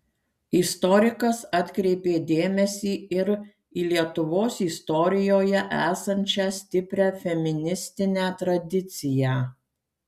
istorikas atkreipė dėmesį ir į lietuvos istorijoje esančią stiprią feministinę tradiciją